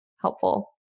helpful